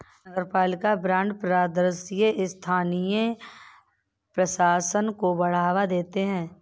नगरपालिका बॉन्ड पारदर्शी स्थानीय प्रशासन को बढ़ावा देते हैं